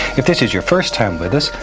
if this is your first time with us,